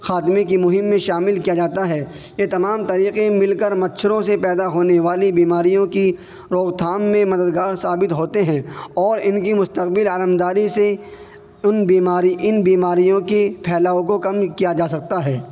خاتمے کی مہم میں شامل کیا جاتا ہے یہ تمام طریقے مل کر مچھروں سے پیدا ہونے والی بیماریوں کی روک تھام میں مددگار ثابت ہوتے ہیں اور ان کی مستقل عملدادی سے ان بیماری ان بیماریوں کی پھیلاؤ کو کم کیا جا سکتا ہے